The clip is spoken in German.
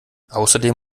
außerdem